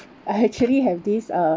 I actually have this uh